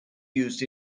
used